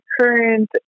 current